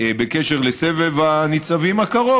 בקשר לסבב הניצבים הקרוב,